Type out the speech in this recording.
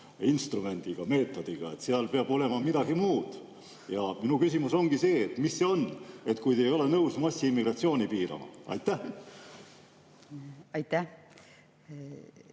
instrumendiga, meetodiga. Peab olema midagi muud. Minu küsimus ongi see, et mis see siis on, kui te ei ole nõus massiimmigratsiooni piirama. Aitäh!